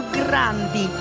grandi